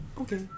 Okay